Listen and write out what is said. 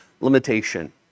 limitation